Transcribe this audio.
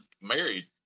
married